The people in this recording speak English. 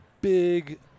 big